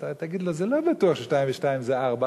ואתה תגיד לו: זה לא בטוח ש-2 ו-2 זה 4,